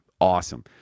Awesome